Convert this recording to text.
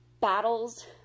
Battles